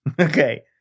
Okay